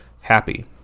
happy